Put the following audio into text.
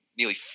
nearly